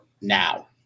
now